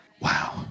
Wow